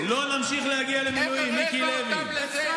לא נמשיך, איך הבאת אותם לזה.